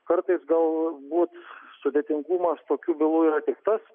kartais galbūt sudėtingumas tokių bylų yra tas